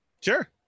Sure